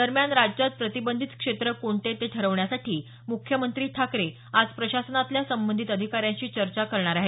दरम्यान राज्यात प्रतिबंधित क्षेत्र कोणते ते ठरवण्यासाठी मुख्यमंत्री ठाकरे आज प्रशासनातल्या संबंधित अधिकाऱ्यांशी चर्चा करणार आहेत